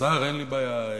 כאשר אנחנו באים